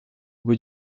bout